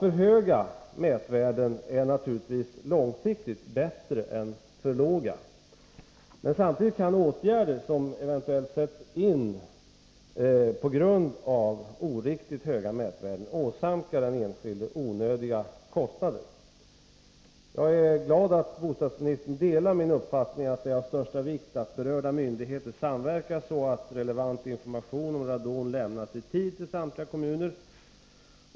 För höga mätvärden är naturligtvis långsiktigt bättre än för låga, men samtidigt kan åtgärder som eventuellt sätts in på grund av oriktigt höga mätvärden åsamka den enskilde onödiga kostnader. Jag är glad att bostadsministern delar min uppfattning att det är av största vikt att berörda myndigheter samverkar så att relevant information om radon lämnas i tid till samtliga kommuner.